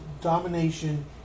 domination